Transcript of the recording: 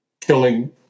killing